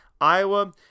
Iowa